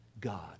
God